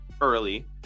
early